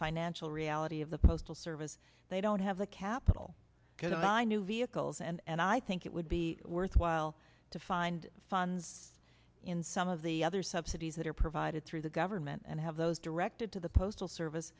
financial reality of the postal service they don't have the capital to buy new vehicles and i think it would be worthwhile to find funds in some of the other subsidies that are provided through the government and have those directed to the postal service